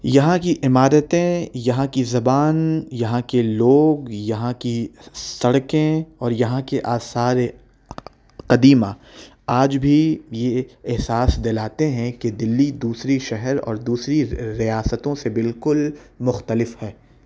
یہاں کی عمارتیں یہاں کی زبان یہاں کے لوگ یہاں کی سس سڑکیں اور یہاں کے آثارِقدیمہ آج بھی یہ احساس دلاتے ہیں کہ دلی دوسری شہر اور دوسری ریاستوں سے بالکل مختلف ہے